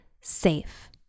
safe